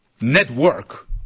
network